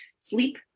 Sleep